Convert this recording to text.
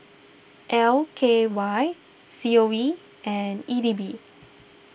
L K Y C O E and E D B